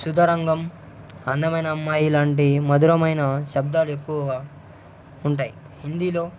సుధరంగం అందమైన అమ్మాయిలాంటి మధురమైన శబ్దాలు ఎక్కువగా ఉంటాయి హిందీలో